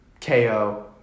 KO